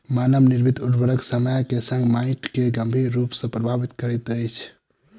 मानव निर्मित उर्वरक समय के संग माइट के गंभीर रूप सॅ प्रभावित करैत अछि